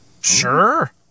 Sure